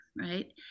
right